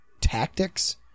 Tactics